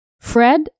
Fred